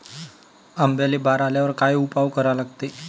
आंब्याले बार आल्यावर काय उपाव करा लागते?